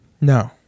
no